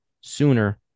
sooner